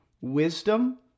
wisdom